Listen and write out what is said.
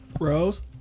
Rose